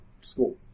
School